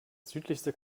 südlichste